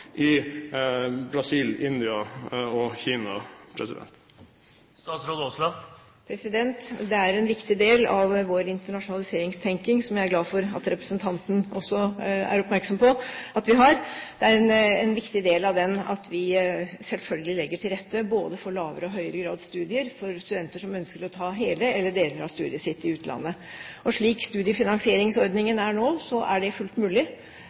i Brasil, Russland, India og Kina? Det er en viktig del av vår internasjonaliseringstenkning som jeg er glad for at representanten også er oppmerksom på at vi har. Det er en viktig del av den at vi selvfølgelig legger til rette både for lavere og høyere grads studier for studenter som ønsker å ta hele eller deler av studiet sitt i utlandet. Og slik studiefinansieringsordningen er nå, er det fullt mulig.